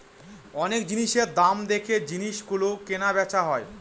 অনেক জিনিসের দাম দেখে জিনিস গুলো কেনা বেচা হয়